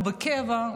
הוא בקבע,